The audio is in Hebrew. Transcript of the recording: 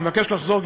אני מבקש לחזור,